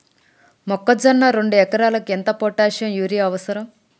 మొక్కజొన్న రెండు ఎకరాలకు ఎంత పొటాషియం యూరియా అవసరం?